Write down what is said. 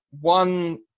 one